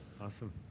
Awesome